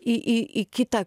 į į į kitą